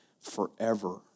forever